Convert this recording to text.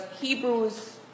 Hebrews